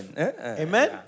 Amen